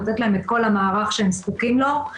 נותנת להם את כל המערך שהם זקוקים לו.